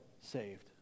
saved